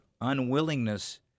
unwillingness